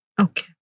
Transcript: okay